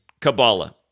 Kabbalah